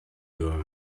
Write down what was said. your